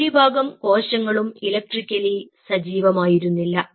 ഭൂരിഭാഗം കോശങ്ങളും ഇലക്ട്രിക്കലി സജീവമായിരുന്നില്ല